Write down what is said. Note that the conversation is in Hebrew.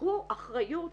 קחו אחריות,